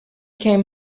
came